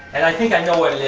and i think i know what